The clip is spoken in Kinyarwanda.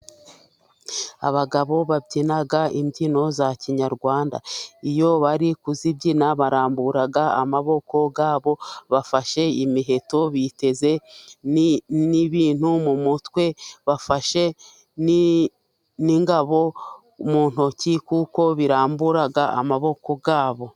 Abagabo babyina imbyino za kinyarwanda. Iyo bari kuzibyina barambura amaboko yabo ,bafashe imiheto biteze n'ibintu mu mutwe. Bafashe n'ingabo mu ntoki kuko birambura amaboko yabo.